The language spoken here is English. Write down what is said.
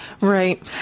Right